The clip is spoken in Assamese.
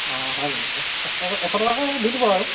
অঁ হয় নেকি এশ এশ টকাকে দি দিব আৰু